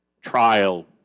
trial